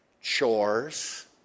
chores